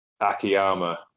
Akiyama